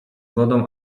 wodą